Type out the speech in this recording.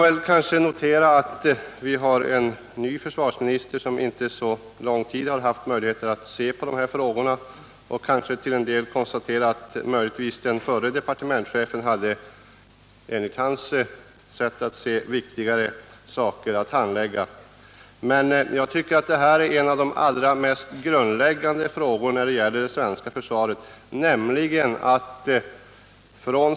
Vi har nu en ny försvarsminister, som inte haft möjlighet att se på de här frågorna under så lång tid, och den förre departementschefen hade möjligen, enligt hans sätt att se, viktigare saker att handlägga. Men jag tycker att det här är en av de grundläggande frågorna när det gäller det svenska försvaret.